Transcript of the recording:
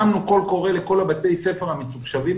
הרמנו קול קורא לכל בתי הספר המתוקשבים.